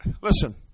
Listen